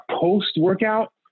post-workout